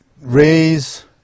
raise